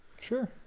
Sure